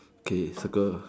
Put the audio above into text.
okay circle